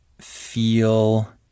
feel